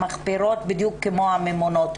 מחפירים, בדיוק כמו הממונות.